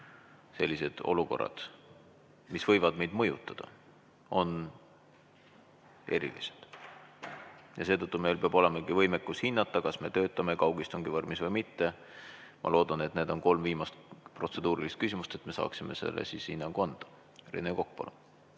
sellised olukorrad, mis võivad meid mõjutada, on erilised. Seetõttu meil peab olema võimekus hinnata, kas me töötame kaugistungi vormis või mitte. Ma loodan, et need on kolm viimast protseduurilist küsimust, et me saaksime selle hinnangu anda. Rene Kokk,